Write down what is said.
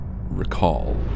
recall